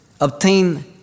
obtain